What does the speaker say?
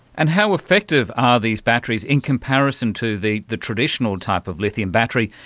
and how effective are these batteries in comparison to the the traditional type of lithium battery,